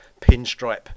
pinstripe